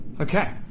Okay